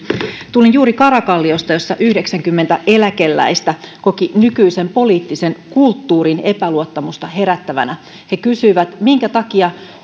tulin juuri karakalliosta jossa yhdeksänkymmentä eläkeläistä koki nykyisen poliittisen kulttuurin epäluottamusta herättävänä he kysyivät minkä takia